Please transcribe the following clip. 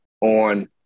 on